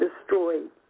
destroyed